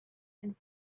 and